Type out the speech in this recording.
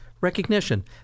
recognition